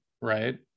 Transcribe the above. right